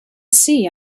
see